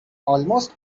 almost